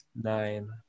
Nine